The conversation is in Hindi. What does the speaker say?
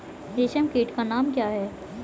रेशम कीट का नाम क्या है?